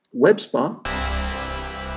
WebSpa